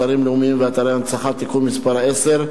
אתרים לאומיים ואתרי הנצחה (תיקון מס' 10),